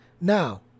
Now